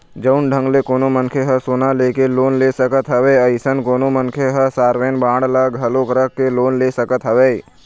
जउन ढंग ले कोनो मनखे ह सोना लेके लोन ले सकत हवय अइसन कोनो मनखे ह सॉवरेन बांड ल घलोक रख के लोन ले सकत हवय